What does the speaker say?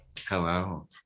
Hello